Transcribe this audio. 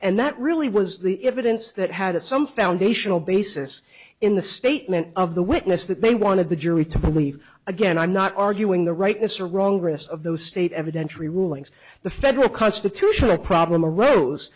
and that really was the evidence that had a some foundational basis in the statement of the witness that they wanted the jury to believe again i'm not arguing the rightness or wrongness of those state evidentiary rulings the federal constitutional problem arose